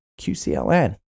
QCLN